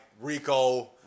Rico